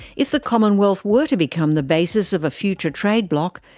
if the commonwealth were to become the basis of a future trade bloc,